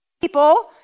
people